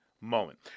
moment